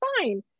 fine